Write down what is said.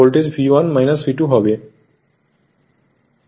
সুতরাং এখানে voltage V1 V2 হবে